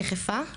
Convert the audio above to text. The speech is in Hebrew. יחפה,